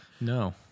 no